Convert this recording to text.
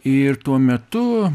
ir tuo metu